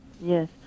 Yes